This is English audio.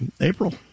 April